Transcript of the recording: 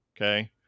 Okay